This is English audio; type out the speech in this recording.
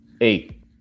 Eight